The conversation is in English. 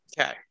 Okay